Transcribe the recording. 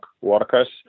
workers